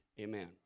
Amen